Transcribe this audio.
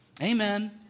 Amen